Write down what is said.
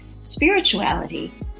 spirituality